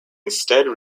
instead